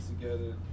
together